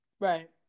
right